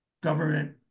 government